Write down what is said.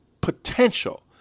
potential